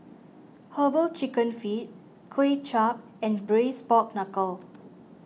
Herbal Chicken Feet Kuay Chap and Braised Pork Knuckle